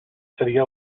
seria